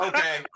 Okay